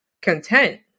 content